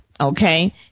okay